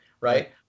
right